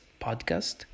podcast